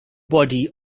body